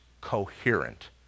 coherent